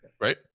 right